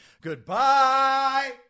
Goodbye